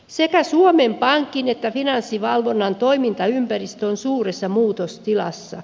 sekä suomen pankin että finanssivalvonnan toimintaympäristö on suuressa muutostilassa